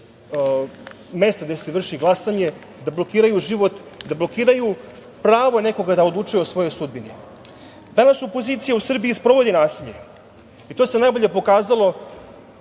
mesta gde se vrši glasanje, da blokiraju život, da blokiraju pravo nekoga da odlučuje o svojoj sudbini. Danas opozicije u Srbiji sprovodi nasilje i to se najbolje pokazalo